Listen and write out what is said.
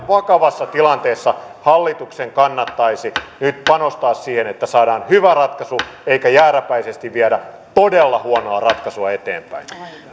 vakavassa tilanteessa hallituksen kannattaisi nyt panostaa siihen että saadaan hyvä ratkaisu eikä jääräpäisesti viedä todella huonoa ratkaisua eteenpäin